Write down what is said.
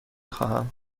خواهم